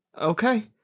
Okay